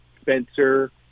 Spencer